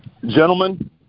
Gentlemen